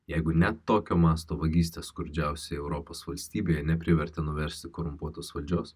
jeigu ne tokio masto vagystė skurdžiausioj europos valstybėje neprivertė nuversti korumpuotus valdžios